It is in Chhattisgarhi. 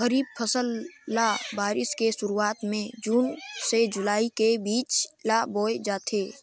खरीफ फसल ल बारिश के शुरुआत में जून से जुलाई के बीच ल बोए जाथे